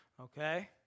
okay